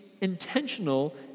intentional